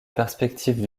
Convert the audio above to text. perspective